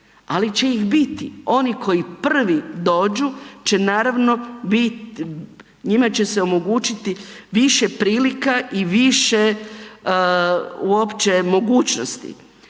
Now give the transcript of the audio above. ali će ih biti. Oni koji prvi dođu će naravno bit, njima će se omogućiti više prilika i više uopće mogućnosti.